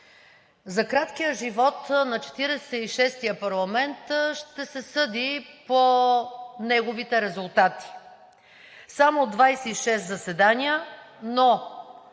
За краткия живот на 46-ия парламент ще се съди по неговите резултати. Само 26 заседания, но